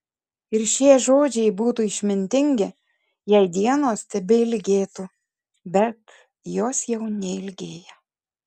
ir šie žodžiai būtų išmintingi jei dienos tebeilgėtų bet jos jau neilgėja